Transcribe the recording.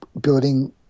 building